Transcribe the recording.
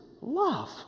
love